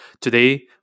Today